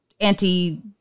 anti-